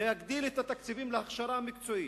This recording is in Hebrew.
להגדיל את התקציבים להכשרה מקצועית,